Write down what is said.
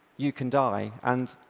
you can die, and,